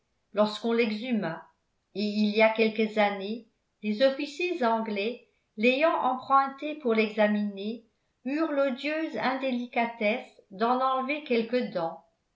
lorsqu'on l'exhuma et il y a quelques années des officiers anglais l'ayant emprunté pour l'examiner eurent l'odieuse indélicatesse d'en enlever quelques dents